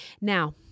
Now